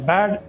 Bad